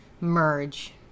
merge